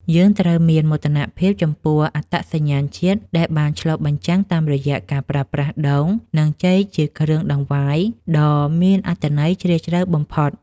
យើងត្រូវមានមោទនភាពចំពោះអត្តសញ្ញាណជាតិដែលបានឆ្លុះបញ្ចាំងតាមរយៈការប្រើប្រាស់ដូង និងចេកជាគ្រឿងដង្វាយដ៏មានអត្ថន័យជ្រាលជ្រៅបំផុត។